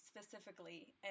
specifically